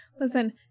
Listen